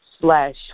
slash